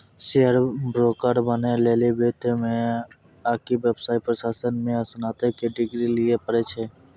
share broker बनै लेली वित्त मे आकि व्यवसाय प्रशासन मे स्नातक के डिग्री लिये पड़ै छै